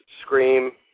scream